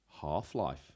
Half-Life